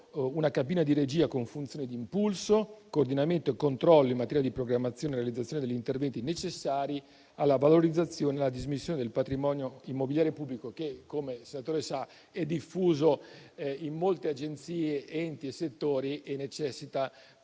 una cabina di regia con funzioni di impulso, coordinamento e controllo in materia di programmazione e realizzazione degli interventi necessari alla valorizzazione e alla dismissione del patrimonio immobiliare pubblico, che - come il senatore sa - è diffuso in molte agenzie, enti e settori e necessita